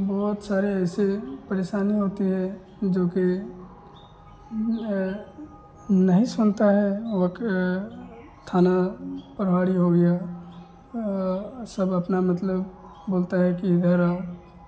बहुत सारी ऐसी परेशानी होती है जो कि नहीं सुनता है वक थाना पर भारी हो गया सब अपना मतलब बोलते हैं कि इधर आओ